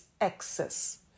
excess